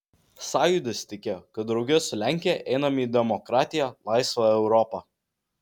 sąjūdis tikėjo kad drauge su lenkija einame į demokratiją laisvą europą